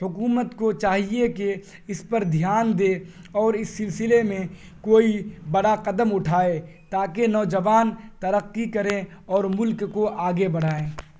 حکومت کو چاہیے کہ اس پر دھیان دے اور اس سلسلے میں کوئی بڑا قدم اٹھائے تاکہ نوجوان ترقی کریں اور ملک کو آگے بڑھائیں